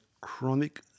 chronic